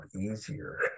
easier